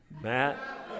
Matt